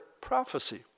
prophecy